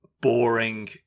boring